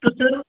तो सर